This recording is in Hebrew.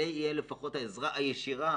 זו תהיה לפחות העזרה הישירה.